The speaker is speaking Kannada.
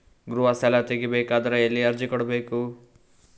ಗೃಹ ಸಾಲಾ ತಗಿ ಬೇಕಾದರ ಎಲ್ಲಿ ಅರ್ಜಿ ಕೊಡಬೇಕು?